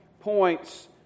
points